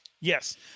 Yes